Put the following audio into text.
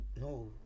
No